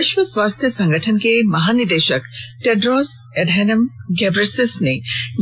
विश्व स्वास्थ्य संगठन के महानिदेशक टेड्रोस एडहेनम घेब्रेसस ने